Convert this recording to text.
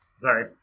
Sorry